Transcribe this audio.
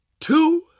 two